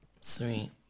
sweet